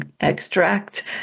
extract